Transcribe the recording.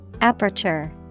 Aperture